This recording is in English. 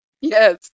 yes